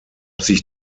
sich